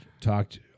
talked